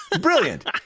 Brilliant